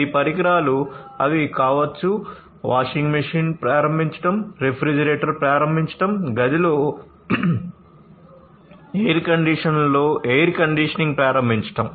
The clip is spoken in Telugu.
కాబట్టి ఈ పరికరాలు ఇవి కావచ్చు వాషింగ్ మెషీన్ను ప్రారంభించడం రిఫ్రిజిరేటర్ ప్రారంభించడం గదిలో ఎయిర్ కండీషనర్లో ఎయిర్ కండిషనింగ్ ప్రారంభించడం